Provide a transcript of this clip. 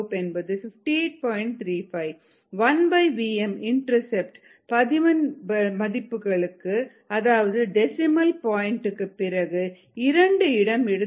35 1vm intercept பதின்மபுள்ளிக்கு அதாவது decimal point பிறகு 2 இடம் எடுத்துக்கொண்டால்